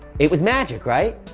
it was magic, right?